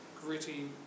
gritty